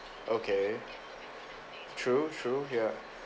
okay true true ya